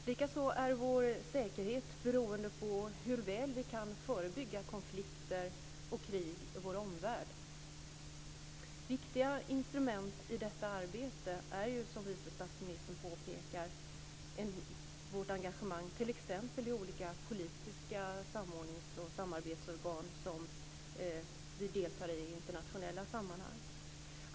Likaså är vår säkerhet beroende på hur väl vi kan förebygga konflikter och krig i vår omvärld. Viktiga instrument i detta arbete är, som vice statsministern påpekar, vårt engagemang t.ex. i olika politiska samordnings och samarbetsorgan som vi i internationella sammanhang deltar i.